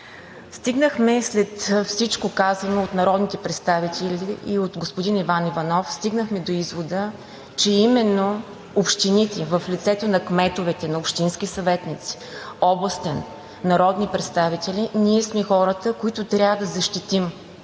и цената. След всичко казано от народните представители и от господин Иван Иванов стигнахме до извода, че именно общините в лицето на кметовете, на общинските съветници, областен управител, народни представители, ние сме хората, които трябва да защитим